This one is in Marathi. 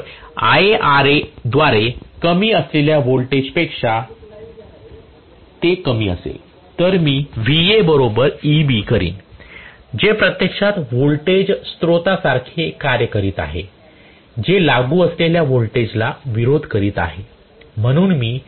तर Ia Ra द्वारे कमी असलेल्या रकमेपेक्षा ते कमी असेल तर मी Va बरोबर Eb करीन जे प्रत्यक्षात व्होल्टेज स्त्रोतासारखे कार्य करीत आहे जे लागू केलेल्या व्होल्टेजला विरोध करीत आहे म्हणून मी